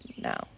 now